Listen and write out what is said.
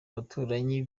abaturanyi